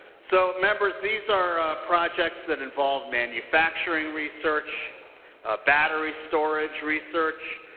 so members these are projects that involve manufacturing research battery storage research